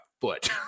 foot